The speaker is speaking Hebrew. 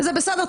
זה בסדר,